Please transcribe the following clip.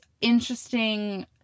interesting